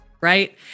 Right